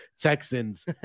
Texans